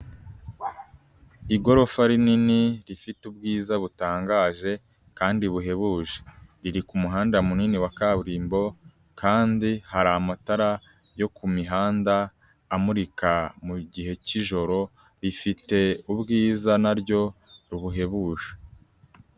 Igorofa rinini rifite ubwiza butangaje kandi buhebuje, iri ku muhanda munini wa kaburimbo kandi hari amatara yo ku mihanda amurika mu gihe cy'ijoro, rifite ubwiza na ryo buhebuje.